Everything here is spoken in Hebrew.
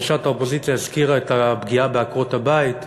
ראשת האופוזיציה הזכירה את הפגיעה בעקרות-הבית,